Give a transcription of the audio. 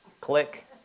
click